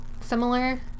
similar